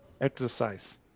exercise